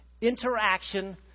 interaction